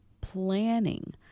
planning